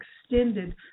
extended